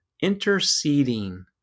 interceding